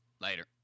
Later